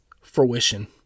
fruition